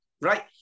right